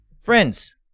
Friends